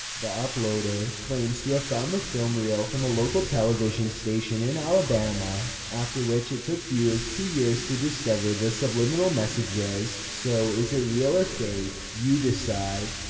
the uploader, claimed to have found the film reel from a local television station in alabama, after which it took viewers two years to discover the subliminal messages. so, is it real or fake? you decide.